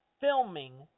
filming